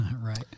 Right